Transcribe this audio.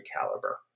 caliber